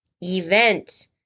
event